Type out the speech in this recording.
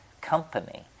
company